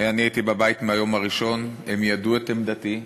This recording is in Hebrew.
אני הייתי בבית מהיום הראשון, הם ידעו את עמדתי,